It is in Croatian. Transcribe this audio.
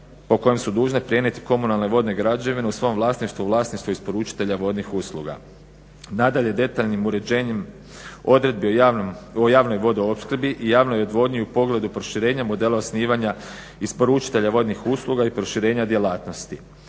po kojem su dužne prenijeti komunalne vodne građevine u svom vlasništvu, vlasništvu isporučitelja vodnih usluga. Nadalje, detaljnim uređenjem odredbi o javnoj vodoopskrbi i javnoj odvodnji i u pogledu proširenja modela osnivanja isporučitelja vodnih usluga i proširenja djelatnosti.